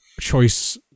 choice